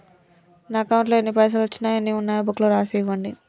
నా అకౌంట్లో ఎన్ని పైసలు వచ్చినాయో ఎన్ని ఉన్నాయో బుక్ లో రాసి ఇవ్వండి?